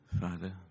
Father